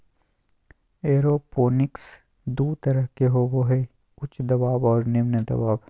aeroponics दू तरह के होबो हइ उच्च दबाव और निम्न दबाव